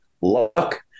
luck